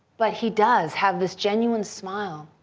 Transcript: but he does have this genuine smile.